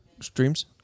Streams